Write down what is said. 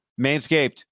Manscaped